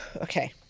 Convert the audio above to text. Okay